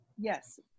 yes